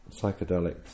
psychedelics